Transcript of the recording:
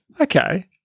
Okay